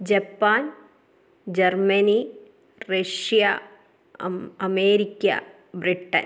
Japan Germany Russia അം America Britain